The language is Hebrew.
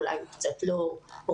אולי הוא קצת לא רוצה,